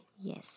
Yes